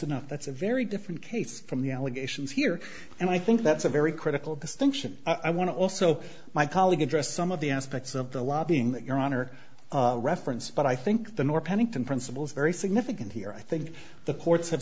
enough that's a very different case from the allegations here and i think that's a very critical distinction i want to also my colleague addressed some of the aspects of the lobbying your honor reference but i think the nor pennington principles very significant here i think the courts have